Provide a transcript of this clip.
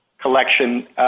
collection